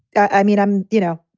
i mean, i'm you know,